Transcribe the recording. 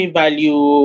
value